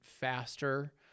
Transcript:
faster